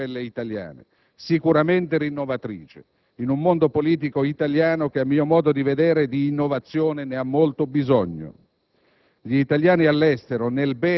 né migliori, né peggiori di quelle italiane, sicuramente rinnovatrici, in un mondo politico italiano che, a mio modo di vedere, di innovazione ne ha molto bisogno.